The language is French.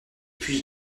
puis